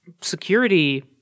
security